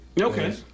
Okay